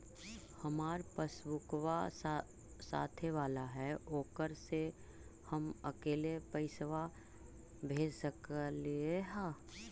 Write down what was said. हमार पासबुकवा साथे वाला है ओकरा से हम अकेले पैसावा भेज सकलेहा?